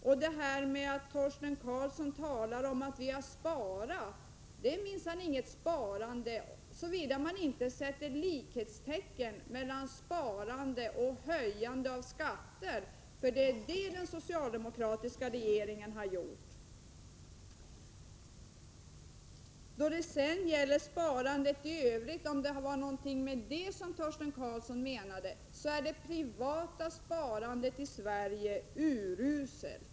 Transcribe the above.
Sedan talade alltså Torsten Karlsson om att vi har sparat. Det är minsann inte fråga om något sparande, såvida man inte sätter likhetstecken mellan sparande och höjande av skatter. Detta är vad den socialdemokratiska regeringen har gjort. Då det gäller sparandet i övrigt — om det var detta Torsten Karlsson menade — så är det privata sparandet i Sverige uruselt.